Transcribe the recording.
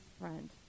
friend